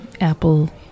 apple